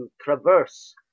traverse